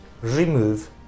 remove